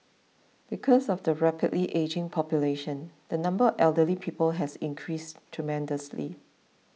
because of the rapidly ageing population the number elderly people has increased tremendously